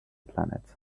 planet